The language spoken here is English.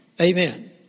Amen